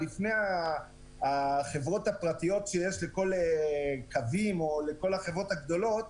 לפני החברות הפרטיות כמו קווים או החברות הגדולות,